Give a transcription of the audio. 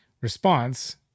response